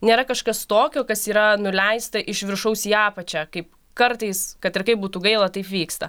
nėra kažkas tokio kas yra nuleista iš viršaus į apačią kaip kartais kad ir kaip būtų gaila taip vyksta